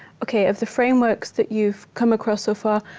ok, of the frameworks that you've come across so far,